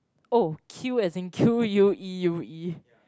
oh queue as in Q U E U E